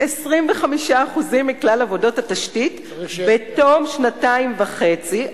25% מכלל עבודות התשתית בתום שנתיים וחצי,